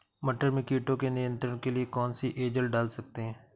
मटर में कीटों के नियंत्रण के लिए कौन सी एजल डाल सकते हैं?